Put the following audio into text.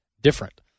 different